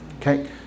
okay